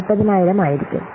40000 ആയിരിക്കും